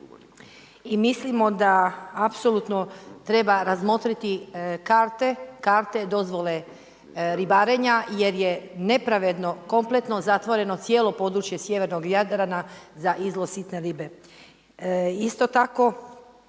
i mislimo da apsolutno treba razmotriti karte, karte, dozvole ribarenja jer je nepravedno kompletno zatvoreno cijelo područje sjevernog Jadrana za izlov sitne ribe.